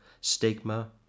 stigma